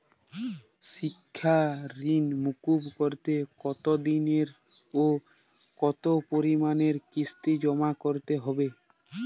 শিক্ষার ঋণ মুকুব করতে কতোদিনে ও কতো পরিমাণে কিস্তি জমা করতে হবে?